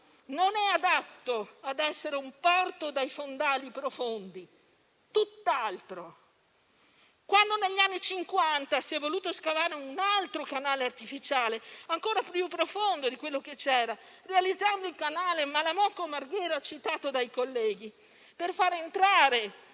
non è adatto ad essere un porto dai fondali profondi, tutt'altro. Quando negli anni Cinquanta si è voluto scavare un altro canale artificiale ancora più profondo di quello che c'era, realizzando il canale Malamocco-Marghera - citato dai colleghi - per far entrare